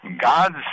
God's